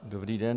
Dobrý den.